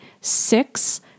six